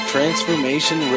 Transformation